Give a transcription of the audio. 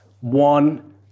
one